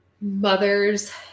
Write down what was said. mothers